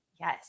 Yes